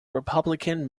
republican